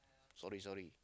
sorry sorry